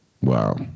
Wow